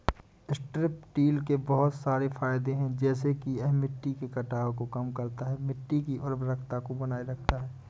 strip till के बहुत सारे फायदे हैं जैसे कि यह मिट्टी के कटाव को कम करता है, मिट्टी की उर्वरता को बनाए रखता है